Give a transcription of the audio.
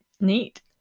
Neat